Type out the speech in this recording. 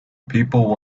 people